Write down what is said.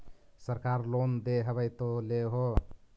सरकार लोन दे हबै तो ले हो?